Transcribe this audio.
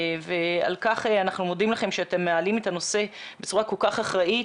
על כך אנחנו מודים לכם שאתם מעלים את הנושא בצורה כל כך אחראית.